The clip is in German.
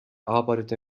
arbeitete